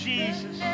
Jesus